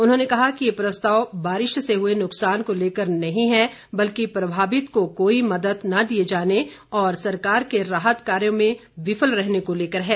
उन्होंने कहा कि ये प्रस्ताव बारिश से नुकसान को लेकर नही है बल्कि प्रभावित को कोई मदद न दिए जाने और सरकार के राहत कार्यों में विफल रहने को लेकर है